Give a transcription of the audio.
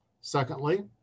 Secondly